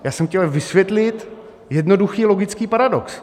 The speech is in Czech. Já jsem chtěl vysvětlit jednoduchý logický paradox.